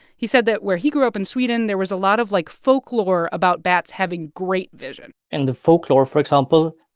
he said that where he grew up in sweden, there was a lot of, like, folklore about bats having great vision in the folklore, for example,